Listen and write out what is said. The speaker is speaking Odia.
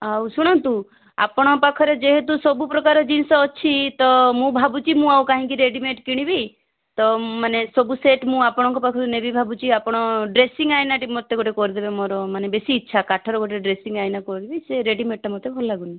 ଆଉ ଶୁଣନ୍ତୁ ଆପଣଙ୍କ ପାଖରେ ଯେହେତୁ ସବୁ ପ୍ରକାର ଜିନିଷ ଅଛି ତ ମୁଁ ଭାବୁଛି ମୁଁ ଆଉ କାହିଁକି ରେଡ଼ିମେଡ଼ କିଣିବି ତ ମାନେ ସବୁ ସେଟ୍ ମୁଁ ଆପଣଙ୍କ ପାଖରୁ ନେବି ଭାବୁଛି ଆପଣ ଡ୍ରେସିଙ୍ଗ ଆଇନା ଟେ ମୋତେ ଗୋଟେ କରିଦେବେ ମୋର ମାନେ ବେଶୀ ଇଚ୍ଛା କାଠର ଗୋଟେ ଡ୍ରେସିଙ୍ଗ ଆଇନା କରିବି ସେ ରେଡ଼ିମେଡ଼ ଟା ମୋତେ ଭଲ ଲାଗୁନି